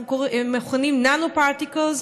אנחנו מכנים nanoparticles,